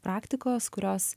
praktikos kurios